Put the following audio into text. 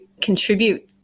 contribute